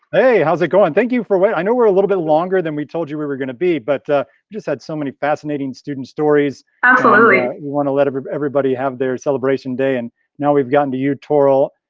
hey, how's it going? thank you for wait i know we're a little bit longer than we told you, we were gonna be, but we just had so many fascinating students stories. absolutely. we wanna let everybody have their celebration day and now we've gotten to you toral.